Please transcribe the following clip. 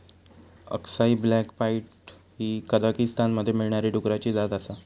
अक्साई black pied ही कझाकीस्तानमध्ये मिळणारी डुकराची जात आसा